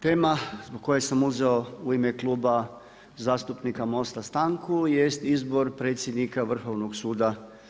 Tema zbog koje sam uzeo u ime Kluba zastupnika MOSTA-a jest izbor predsjednika Vrhovnog suda.